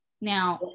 Now